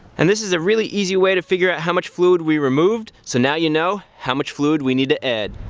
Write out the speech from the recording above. and this is a really easy way to figure out how much fluid we removed so now you know how much fluid we need to add.